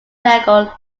legal